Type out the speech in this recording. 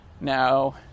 Now